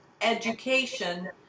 education